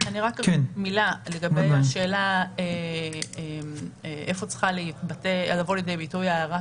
מילה לגבי השאלה איפה צריך לבוא לידי ביטוי ההערה